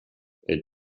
elle